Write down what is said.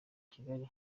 kigali